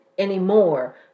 anymore